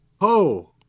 ho